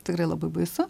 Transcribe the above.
tai yra labai baisu